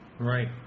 Right